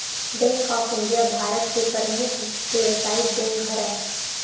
bank of India भारत के परमुख बेवसायिक बेंक हरय